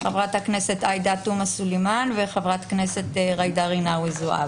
חברת הכנסת עאידה תומא סלימאן וחברת הכנסת ג'ידא רינאוי-זועבי.